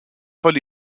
von